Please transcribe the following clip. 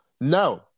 no